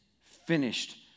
finished